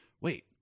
wait